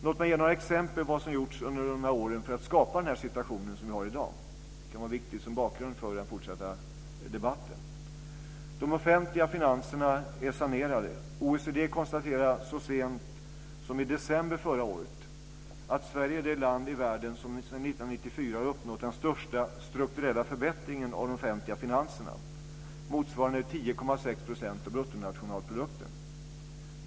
Låt mig ge några exempel på vad som har gjorts under de här åren för att skapa den situation som vi har i dag. Det kan vara viktigt som bakgrund för den fortsatta debatten. OECD konstaterade så sent som i december förra året att Sverige är det land i världen som sedan 1994 har uppnått den största strukturella förbättringen av de offentliga finanserna, motsvarande 10,6 % av bruttonationalprodukten.